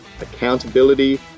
accountability